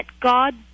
God